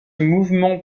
mouvement